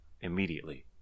immediately